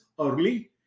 early